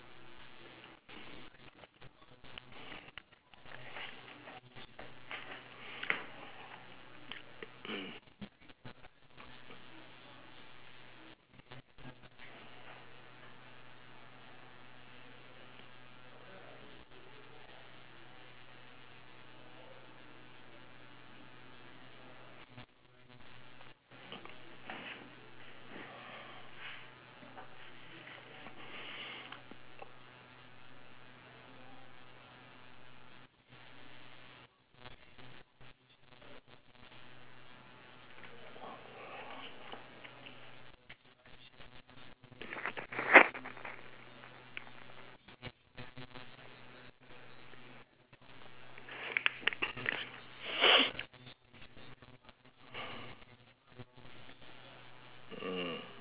mm